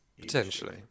Potentially